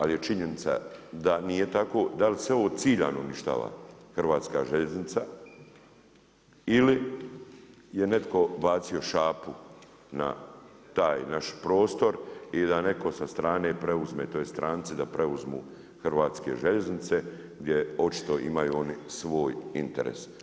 Ali je činjenica da nije tako, dal' se ovo ciljano uništava hrvatska željeznica ili je netko bacio šapu na taj naš prostor i da netko sa strane preuzme, tj. stranci da preuzmu hrvatske željeznice gdje očito imaju oni svoj interes.